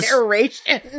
narration